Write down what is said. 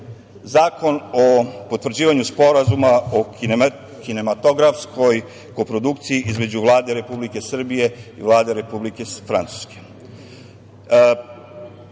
Zakon o potvrđivanju Sporazuma o kinematografskoj koprodukciji između Vlade Republike Srbije i Vlade Republike Francuske.